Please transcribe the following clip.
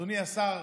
אדוני השר,